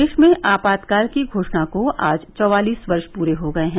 देश में आपातकाल की घोषणा को आज चौवालिस वर्ष पूरे हो गए हैं